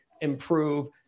improve